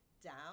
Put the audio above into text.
down